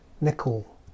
nickel